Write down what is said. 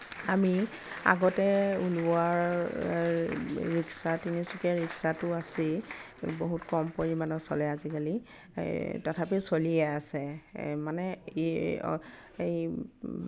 আমি আগতে ওলোৱা ৰিক্সা তিনিচকীয়া ৰিক্সাটো আছেই বহুত কম পৰিমাণত চলে আজিকালি তথাপি চলিয়েই আছে মানে